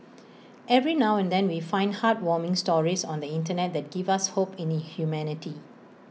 every now and then we find heartwarming stories on the Internet that give us hope in humanity